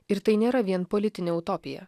ir tai nėra vien politinė utopija